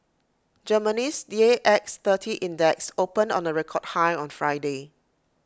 Germany's D A X thirty index opened on A record high on Friday